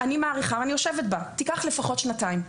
אני מעריכה אני יושבת בה תיקח לפחות שנתיים.